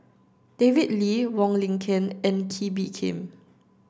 David Lee Wong Lin Ken and Kee Bee Khim